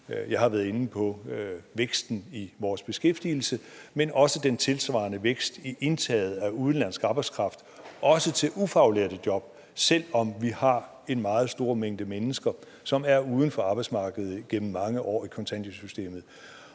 Jeg har været inde på væksten i vores beskæftigelse, men også den tilsvarende vækst i indtaget af udenlandsk arbejdskraft, også til ufaglærte job, selv om vi har en meget stor mængde mennesker, som har været uden for arbejdsmarkedet gennem mange år i kontanthjælpssystemet.